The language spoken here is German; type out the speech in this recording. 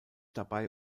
dabei